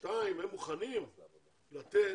שתיים, הם מוכנים לתת